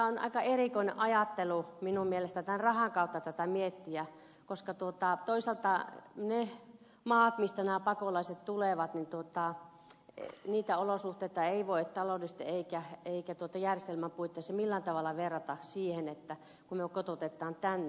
on aika erikoinen ajattelu minun mielestäni rahan kautta tätä miettiä koska toisaalta niiden maiden mistä nämä pakolaiset tulevat olosuhteita ei voi taloudellisesti eikä järjestelmän puitteissa millään tavalla verrata siihen kun heitä kotoutetaan tänne